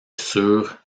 sur